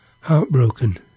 Heartbroken